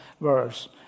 verse